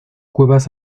cuevas